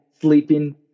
sleeping